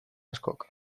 askok